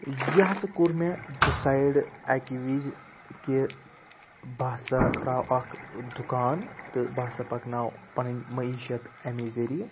یہِ ہَسا کوٚر مےٚ ڈِسایڈ اَکہِ وِز کہِ بہٕ ہَسا ترٛاو اَکھ دُکان تہٕ بہٕ ہَسا پَکناو پَنٕنۍ معیشَت اَمے ذٔریعہِ